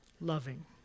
loving